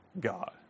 God